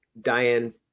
Diane